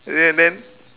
ya and then